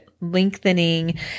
lengthening